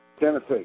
Tennessee